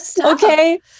Okay